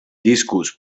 discos